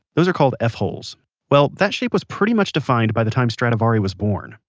those are called f-holes well, that shape was pretty much defined by the time stradivari was born,